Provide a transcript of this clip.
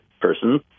person